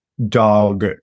dog